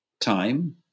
time